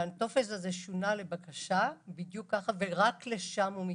הטופס הזה שונה לבקשה ורק לשם הוא מתייחס.